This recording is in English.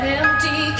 empty